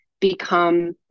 become